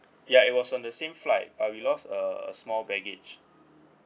ya it was on the same flight uh we lost a small baggage